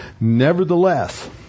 Nevertheless